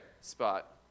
Spot